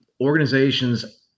organizations